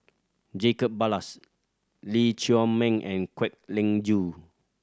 Jacob Ballas Lee Chiaw Meng and Kwek Leng Joo